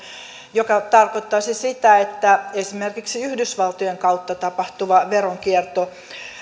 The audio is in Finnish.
mikä tarkoittaisi sitä että esimerkiksi yhdysvaltojen kautta tapahtuva veronkierto